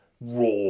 raw